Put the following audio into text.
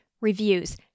reviews